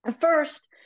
first